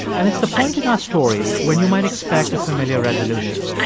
and it's the point in our story when you might expect a familiar resolution.